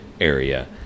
area